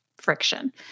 friction